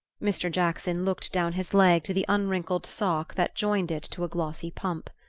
mr. jackson looked down his leg to the unwrinkled sock that joined it to a glossy pump.